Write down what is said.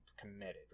committed